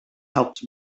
helped